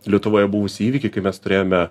lietuvoje buvusį įvykį kai mes turėjome